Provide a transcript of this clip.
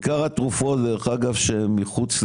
עיקר הן בסל.